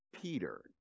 Peter